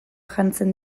janzten